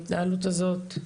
ההתנהלות הזאת מאוד מטרידה אותי.